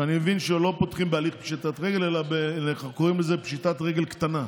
שאני מבין שלא פותחים בהליך פשיטת רגל אלא קוראים לזה פשיטת רגל קטנה,